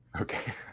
Okay